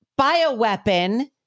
bioweapon